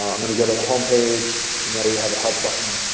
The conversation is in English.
um i'm going to go to the home page and there we have a help button.